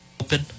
open